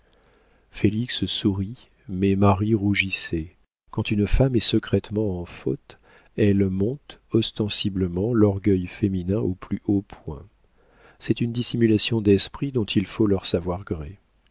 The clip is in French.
félix sourit mais marie rougissait quand une femme est secrètement en faute elle monte ostensiblement l'orgueil féminin au plus haut point c'est une dissimulation d'esprit dont il faut leur savoir gré